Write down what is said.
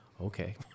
Okay